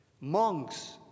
Monks